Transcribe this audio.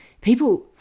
people